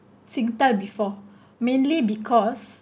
Singtel before mainly because